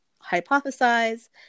hypothesize